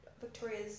Victoria's